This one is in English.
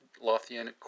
Lothian